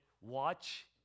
watch